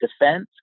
defense